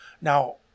Now